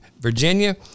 Virginia